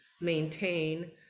maintain